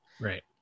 Right